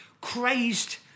crazed